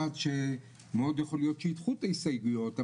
מאוד יכול להיות שיידחו את ההסתייגויות,